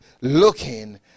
looking